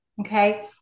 okay